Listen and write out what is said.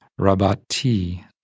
rabati